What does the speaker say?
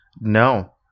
No